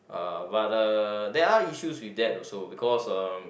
uh but uh there are issues with that also because uh